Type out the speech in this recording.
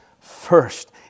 first